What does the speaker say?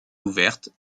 ouvertes